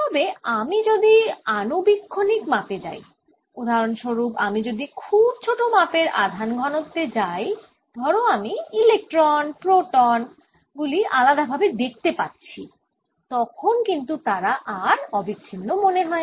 তবে আমি যদি আণুবীক্ষণিক মাপে যাই উদাহরণস্বরূপ আমি যদি খুব ছোট মাপের আধান ঘনত্বে যাই ধরো আমি ইলেক্ট্রন প্রোটন গুলি আলাদাভাবে দেখতে পাচ্ছি তখন কিন্তু তারা অবিচ্ছিন্ন মনে হয়না